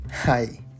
Hi